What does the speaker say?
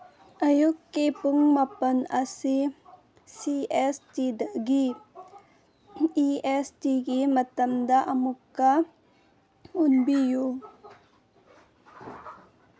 ꯑꯌꯨꯛꯀꯤ ꯄꯨꯡ ꯃꯥꯄꯟ ꯑꯁꯤ ꯁꯤ ꯑꯦꯁ ꯇꯤꯗꯒꯤ ꯏ ꯑꯦꯁ ꯇꯤꯒꯤ ꯃꯇꯝꯗ ꯑꯃꯨꯛꯀ ꯑꯣꯟꯕꯤꯌꯨ